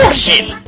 shit